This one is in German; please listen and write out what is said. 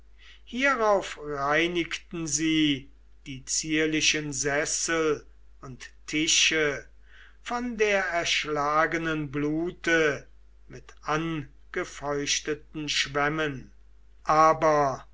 hierauf reinigten sie die zierlichen sessel und tische von der erschlagenen blute mit angefeuchteten schwämmen aber